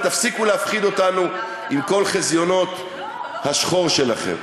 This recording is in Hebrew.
ותפסיקו להפחיד אותנו עם כל חזיונות השחור שלכם.